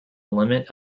limit